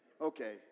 Okay